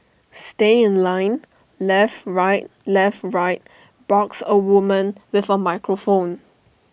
stay in line left right left right barks A woman with A microphone